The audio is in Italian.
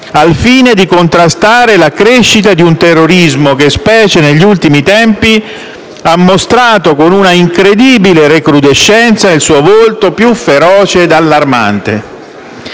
al fine di contrastare la crescita di un terrorismo che, specie negli ultimi tempi, ha mostrato con una incredibile recrudescenza il suo volto più feroce ed allarmante.